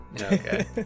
okay